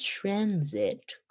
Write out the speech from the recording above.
transit